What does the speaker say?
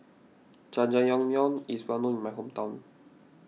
Jajangmyeon is well known in my hometown